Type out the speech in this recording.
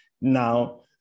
Now